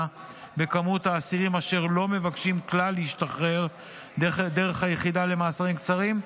בכמות האסירים אשר לא מבקשים כלל להשתחרר דרך היחידה למאסרים קצרים,